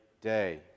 day